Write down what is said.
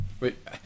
Wait